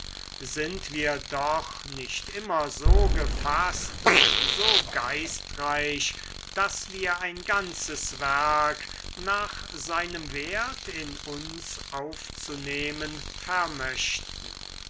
sind wir doch nicht immer so gefaßt und so geistreich daß wir ein ganzes werk nach seinem wert in uns aufzunehmen vermöchten